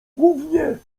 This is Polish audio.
gównie